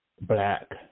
black